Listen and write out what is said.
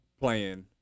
playing